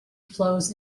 flows